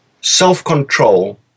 self-control